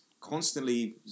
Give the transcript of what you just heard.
constantly